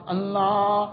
Allah